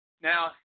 Now